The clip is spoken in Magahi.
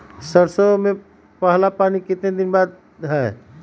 सरसों में पहला पानी कितने दिन बाद है?